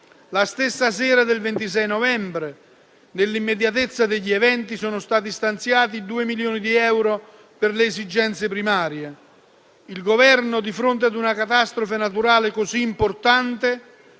La stessa sera del 26 novembre, nell'immediatezza degli eventi, sono stati stanziati 2 milioni di euro per le esigenze primarie. Il Governo, di fronte a una catastrofe naturale così importante,